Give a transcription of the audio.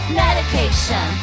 medication